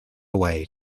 away